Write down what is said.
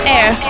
Air